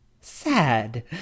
sad